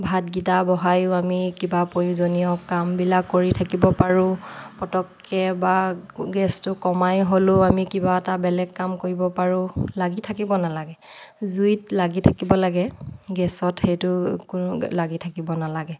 ভাত কিটা বহাইয়ো আমি কিবা প্ৰয়োজনীয় কামবিলাক কৰি থাকিব পাৰোঁ পটককে বা গেছটো কমাই হ'লেও আমি কিবা এটা বেলেগ কাম কৰিব পাৰোঁ লাগি থাকিব নালাগে জুইত লাগি থাকিব লাগে গেছত সেইটো কোনো লাগি থাকিব নালাগে